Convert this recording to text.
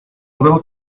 little